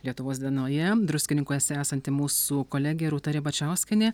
lietuvos dienoje druskininkuose esanti mūsų kolegė rūta ribačiauskienė